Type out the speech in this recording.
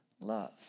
love